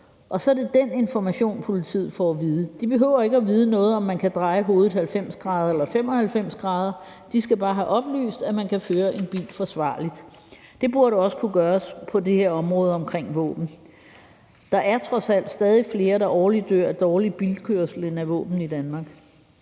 Så er det den information, som politiet får. De behøver ikke at vide noget om, om man kan dreje hovedet 90 grader eller 95 grader; de skal bare have oplyst, at man kan føre en bil forsvarligt. Det burde også kunne gøres på det her område i forhold til våben. Der er trods alt stadig flere, der årligt dør af dårlig bilkørsel end af våbeni Danmark.